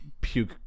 puke